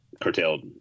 curtailed